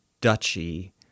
duchy